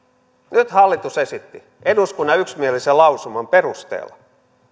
nyt hallitus esitti eduskunnan yksimielisen lausuman perusteella